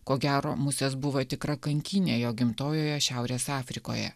ko gero musės buvo tikra kankynė jo gimtojoje šiaurės afrikoje